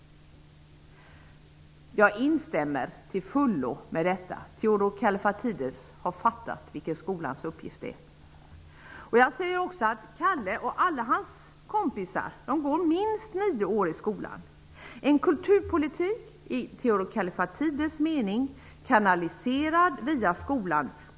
Jag instämmer till fullo i detta. Theodor Kallifatides har förstått vilken skolans uppgift är. Jag säger också att Kalle och alla hans kompisar går minst nio år i skolan. En kulturpolitik i Theodor Kallifatides mening är kanaliserad via skolan.